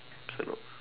cannot